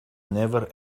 never